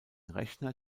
rechner